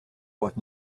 what